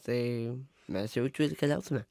tai mes jaučiu ir keliausime